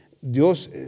Dios